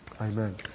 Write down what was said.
Amen